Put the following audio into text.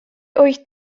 wyt